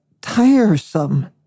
tiresome